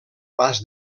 pas